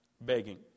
begging